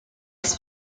his